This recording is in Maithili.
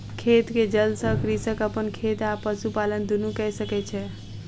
खेत के जल सॅ कृषक अपन खेत आ पशुपालन दुनू कय सकै छै